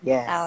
Yes